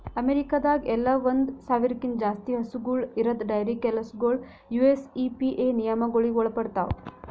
ಅಮೇರಿಕಾದಾಗ್ ಎಲ್ಲ ಒಂದ್ ಸಾವಿರ್ಕ್ಕಿಂತ ಜಾಸ್ತಿ ಹಸುಗೂಳ್ ಇರದ್ ಡೈರಿ ಕೆಲಸಗೊಳ್ ಯು.ಎಸ್.ಇ.ಪಿ.ಎ ನಿಯಮಗೊಳಿಗ್ ಒಳಪಡ್ತಾವ್